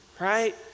right